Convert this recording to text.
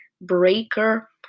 Breaker